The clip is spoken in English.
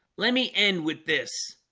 let me end with this